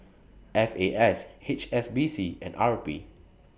F A S H S B C and R P